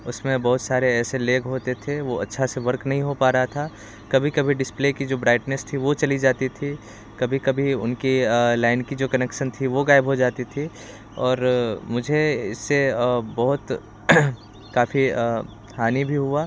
उसमें बहुत सारे ऐसे लैग होते थे वह अच्छा से वर्क नहीं हो पा रहा था कभी कभी डिस्प्ले की जो ब्राइटनेस थी वह चली जाती थी कभी कभी उनकी लाइन की जो कनेक्सन था वह ग़ायब हो जाता था और मुझे इससे बहुत काफ़ी हानि भी हुई